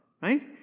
right